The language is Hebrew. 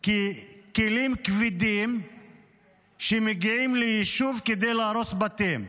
ככלים כבדים שמגיעים ליישוב כדי להרוס בתים.